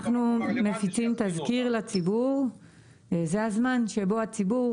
אנחנו מפיצים תזכיר לציבור וזה הזמן שבו הציבור